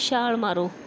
ਛਾਲ ਮਾਰੋ